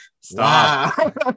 stop